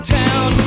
town